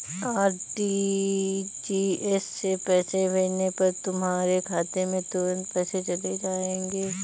RTGS से पैसे भेजने पर तुम्हारे खाते में तुरंत पैसे चले जाएंगे